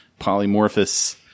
polymorphous